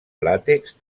làtex